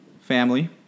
family